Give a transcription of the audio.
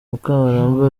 mukabaramba